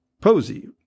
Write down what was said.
Posey